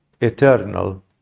eternal